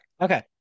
Okay